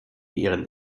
ihren